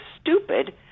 stupid